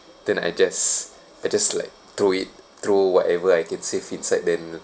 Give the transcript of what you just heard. then I just I just like throw it throw whatever I could save inside then